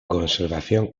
conservación